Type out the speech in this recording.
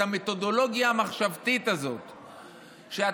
את המתודולוגיה המחשבתית הזאת,